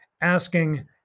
asking